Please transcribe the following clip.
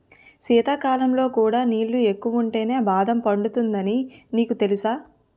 శీతాకాలంలో కూడా నీళ్ళు ఎక్కువుంటేనే బాదం పండుతుందని నీకు తెలుసా?